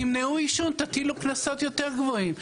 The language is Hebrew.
תטילו קנסות יותר גבוהים.